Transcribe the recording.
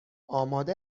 آماده